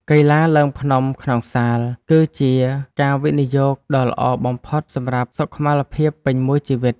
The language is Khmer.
កីឡាឡើងភ្នំក្នុងសាល គឺជាការវិនិយោគដ៏ល្អបំផុតសម្រាប់សុខុមាលភាពពេញមួយជីវិត។